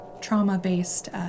trauma-based